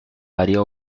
área